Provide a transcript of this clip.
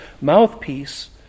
mouthpiece